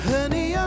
Honey